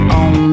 on